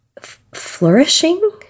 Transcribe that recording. flourishing